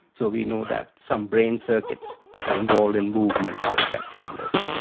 so we know that some brain circuits that are involved in movement are affected in this.